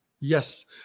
Yes